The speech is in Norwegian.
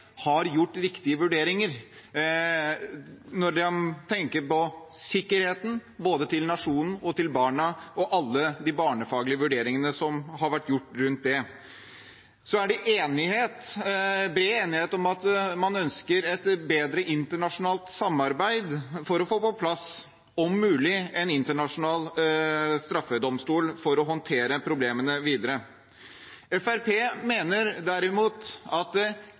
har gjort riktige vurderinger når de tenker på sikkerheten både til nasjonen og til barna, og alle de barnefaglige vurderingene som har vært gjort rundt det. Så er det bred enighet om at man ønsker et bedre internasjonalt samarbeid for å få på plass – om mulig – en internasjonal straffedomstol for å håndtere problemene videre. Fremskrittspartiet mener derimot at